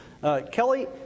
Kelly